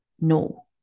No